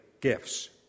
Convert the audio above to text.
gifts